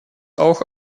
auch